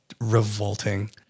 Revolting